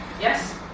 Yes